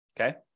okay